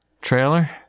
trailer